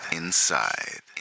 inside